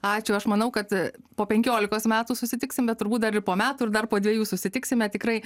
ačiū aš manau kad po penkiolikos metų susitiksim bet turbūt dar ir po metų ir dar po dvejų susitiksime tikrai